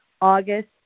August